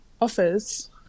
offers